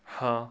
ਹਾਂ